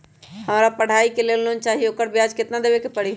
हमरा पढ़ाई के लेल लोन चाहि, ओकर ब्याज केतना दबे के परी?